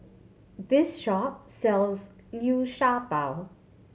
this shop sells Liu Sha Bao